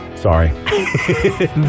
Sorry